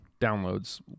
downloads